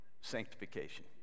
sanctification